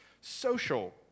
social